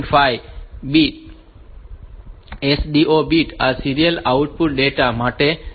5 અને SDO bit આ serial output data માટે છે